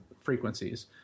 frequencies